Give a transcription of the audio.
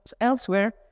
elsewhere